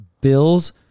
Bills